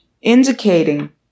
indicating